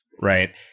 right